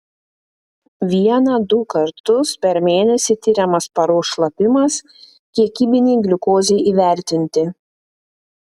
vieną du kartus per mėnesį tiriamas paros šlapimas kiekybinei gliukozei įvertinti